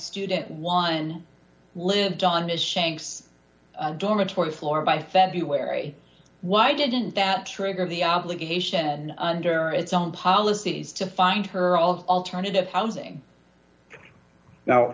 student one lived on the shank dormitory floor by february why didn't that trigger the obligation under its own policies to find her also alternative housing